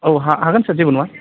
औ हा हागोन सार जेबो नङा